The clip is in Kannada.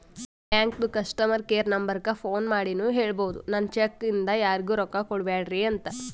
ಬ್ಯಾಂಕದು ಕಸ್ಟಮರ್ ಕೇರ್ ನಂಬರಕ್ಕ ಫೋನ್ ಮಾಡಿನೂ ಹೇಳ್ಬೋದು, ನನ್ ಚೆಕ್ ಇಂದ ಯಾರಿಗೂ ರೊಕ್ಕಾ ಕೊಡ್ಬ್ಯಾಡ್ರಿ ಅಂತ